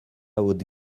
haute